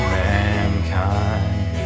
mankind